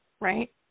right